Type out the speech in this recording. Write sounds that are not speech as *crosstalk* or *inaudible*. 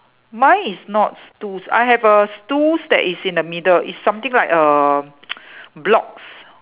mine is not stools I have uh stools that is in the middle it's something like uh *noise* blocks